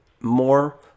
more